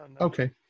Okay